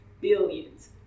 billions